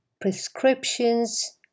prescriptions